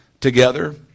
together